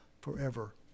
forever